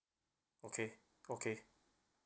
okay okay